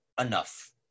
enough